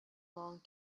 long